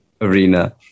arena